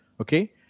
Okay